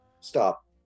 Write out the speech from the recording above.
stop